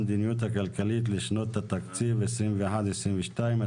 המדיניות הכלכלית לשנות התקציב 2021 ו-20229,